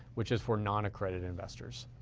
which is for non-accredited investors.